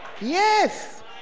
yes